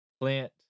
plant